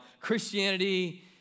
Christianity